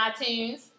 iTunes